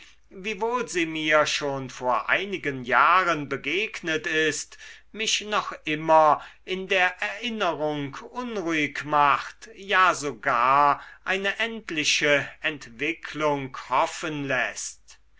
wiewohl sie mir schon vor einigen jahren begegnet ist mich noch immer in der erinnerung unruhig macht ja sogar eine endliche entwicklung hoffen läßt